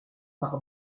par